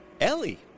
Ellie